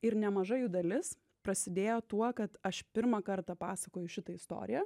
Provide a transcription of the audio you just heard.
ir nemaža jų dalis prasidėjo tuo kad aš pirmą kartą pasakoju šitą istoriją